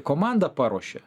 komandą paruošė